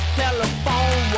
telephone